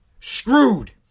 screwed